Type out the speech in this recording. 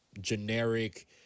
generic